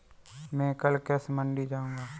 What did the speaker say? मैं कल कृषि मंडी जाऊँगा